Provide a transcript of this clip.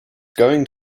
going